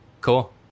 Cool